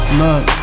look